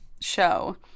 show